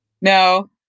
No